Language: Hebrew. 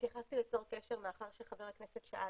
התייחסתי ל"צור קשר" מאחר שחבר הכנסת שאל